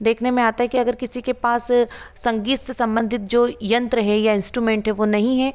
देखने में आता है कि अगर किसी के पास संगीत से सम्बन्धित जो यंत्र है या इन्स्ट्रमेन्ट है वह नहीं है